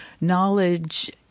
knowledge